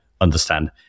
understand